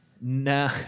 No